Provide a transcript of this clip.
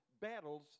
battles